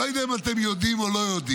לא יודע אם אתם יודעים או לא יודעים,